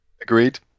Agreed